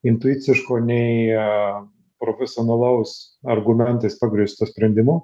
intuiciško nei profesionalaus argumentais pagrįstu sprendimu